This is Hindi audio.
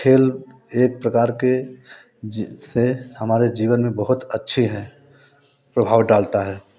खेल एक प्रकार के जैसे हमारे जीवन में बहुत अच्छे हैं प्रभाव डालता है